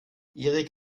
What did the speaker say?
erik